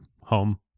home